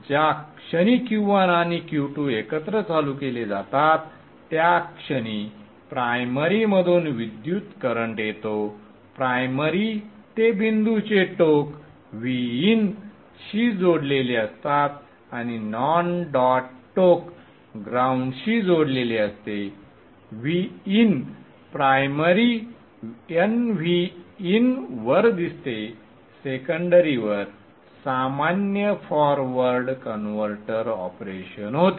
ज्या क्षणी Q1 आणि Q2 एकत्र चालू केले जातात त्या क्षणी प्राइमरीमधून विद्युत करंट येतो प्राइमरी ते बिंदूचे टोक Vin शी जोडलेले असतात आणि नॉन डॉट टोक ग्राउंडशी जोडलेले असते Vin प्राइमरी nVin वर दिसते सेकण्डरीवर सामान्य फॉरवर्ड कन्व्हर्टर ऑपरेशन होते